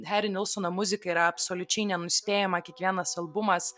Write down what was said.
hari nilsono muzika yra absoliučiai nenuspėjama kiekvienas albumas